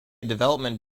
development